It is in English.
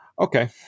okay